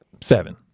Seven